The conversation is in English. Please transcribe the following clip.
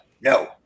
no